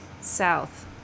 south